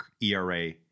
era